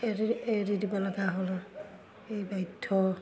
এৰি এৰি দিব লগা হ'ল এই বাধ্য